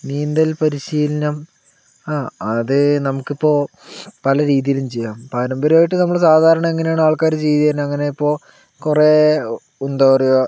നീന്തൽ പരിശീലനം ആ അത് നമുക്കിപ്പോൾ പല രീതിയിലും ചെയ്യാം പാരമ്പര്യമായിട്ട് നമ്മൾ സാധാരണ എങ്ങനെയാണ് ആൾക്കാർ ചെയ്യുക എങ്ങനെ ഇപ്പോൾ കുറേ എന്താ പറയുക